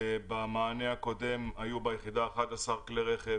במענה הקודם היו ביחידה 11 כלי רכב,